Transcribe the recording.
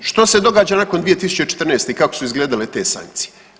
Što se događa nakon 2014. i kako su izgledale te sankcije?